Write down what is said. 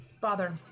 Bother